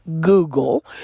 Google